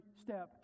step